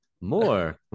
More